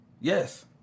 Yes